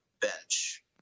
bench